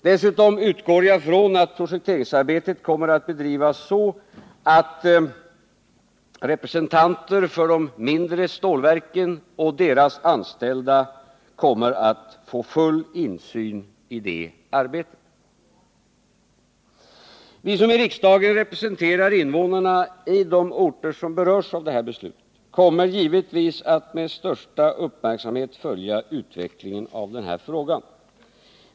Dessutom utgår jag från att projekteringsarbetet kommer att bedrivas så att representanter för de mindre stålverken och deras anställda kommer att få full insyn i det arbetet. Vi som i riksdagen representerar invånarna på de orter som berörs av det här beslutet kommer givetvis att med största uppmärksamhet följa utveck lingen av den här frågan.